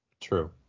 True